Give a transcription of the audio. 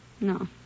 No